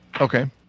Okay